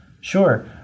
Sure